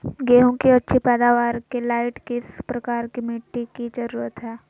गेंहू की अच्छी पैदाबार के लाइट किस प्रकार की मिटटी की जरुरत है?